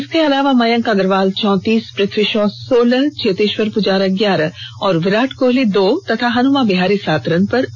इनके अलावा मयंक अग्रवाल चौंतीस पृथ्वी शॉ सोलह चेतेश्वर पुजारा ग्यारह विराट कोहली दो और हनुमा विहारी सात रन बनाकर आउट हुए